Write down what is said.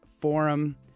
Forum